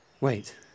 Wait